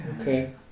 Okay